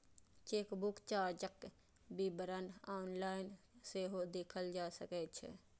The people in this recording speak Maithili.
चेकबुक चार्जक विवरण ऑनलाइन सेहो देखल जा सकै छै